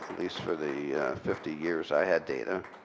least for the fifty years i had data.